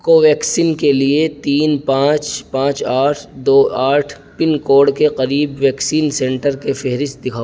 کوویکسین کے لیے تین پانچ پانچ آٹھ دو آٹھ پن کوڈ کے قریب ویکسین سنٹر کے فہرست دکھاؤ